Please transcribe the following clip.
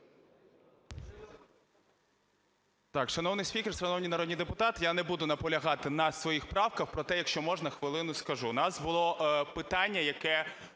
Р.П. Шановний спікер, шановні народні депутати, я не буду наполягати на своїх правках, проте, якщо можна хвилину скажу. У нас було питання, яке